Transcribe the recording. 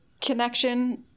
connection